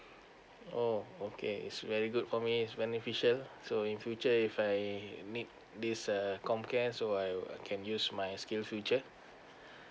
oh okay is very good for me is beneficial so in future if I need this err comcare so I will I can use my skill future